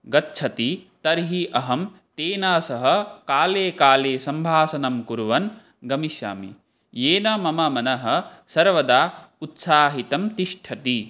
गच्छति तर्हि अहं तेन सह काले काले सम्भाषणं कुर्वन् गमिष्यामि येन मम मनः सर्वदा उत्साहितं तिष्ठति